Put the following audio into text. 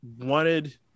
wanted